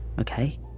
okay